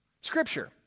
Scripture